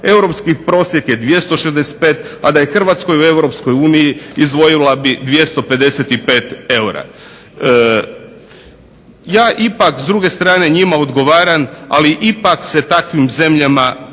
Europski prosjek je 265 a da je Hrvatska u Europskoj uniji izdvojila bi 255 eura. Ja ipak s druge strane njima odgovaram ipak se takvim zemljama pomaže.